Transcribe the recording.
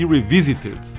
Revisited